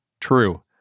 True